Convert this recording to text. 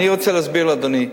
אני רוצה להסביר לאדוני.